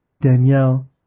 Danielle